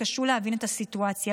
יתקשו להבין את הסיטואציה.